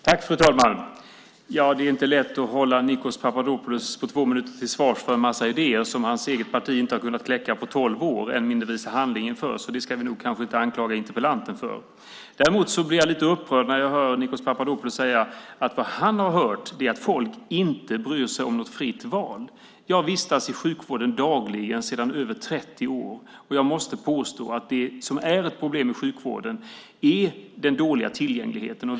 Fru talman! Ja, det är inte lätt att på två minuter ställa Nikos Papadopoulos till svars för en massa idéer som hans eget parti inte har kunnat kläcka på tolv år och än mindre visa handling inför, så det ska vi kanske inte anklaga interpellanten för. Däremot blir jag lite upprörd när jag hör Nikos Papadopoulos säga att det han har hört är att folk inte bryr sig om något fritt val. Jag vistas i sjukvården dagligen sedan över 30 år, och jag måste påstå att det som är ett problem med sjukvården är den dåliga tillgängligheten.